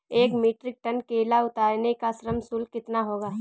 एक metric tonne केला उतारने का श्रम शुल्क कितना होगा?